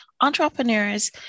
entrepreneurs